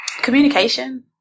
communication